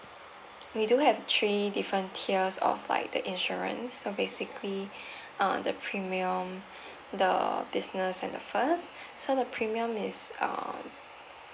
we do have three different tiers of like the insurance so basically uh the premium the business and the first so the premium is um